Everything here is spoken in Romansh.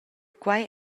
quei